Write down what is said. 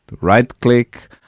right-click